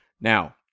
Now